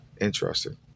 Interesting